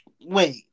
Wait